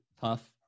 tough